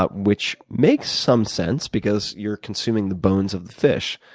ah which makes some sense because you're consuming the bones of the fish.